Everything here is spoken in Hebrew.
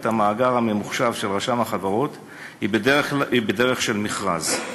את המאגר הממוחשב של רשם החברות היא בדרך של מכרז.